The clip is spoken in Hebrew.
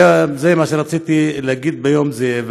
זה מה שרציתי להגיד ביום זה.